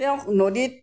তেওঁক নদীত